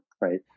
Right